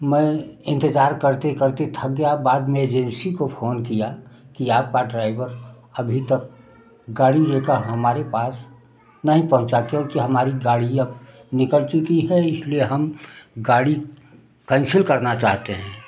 मैं इंतजार करते करते थक गया बाद में एजेंसी को फोन किया कि आपका ड्राइवर अभी तक गाड़ी लेकर हमारे पास नहीं पहुँचा क्योंकि हमारी गाड़ी अब निकल चुकी है इसलिए हम गाड़ी कैंसिल करना चाहते हैं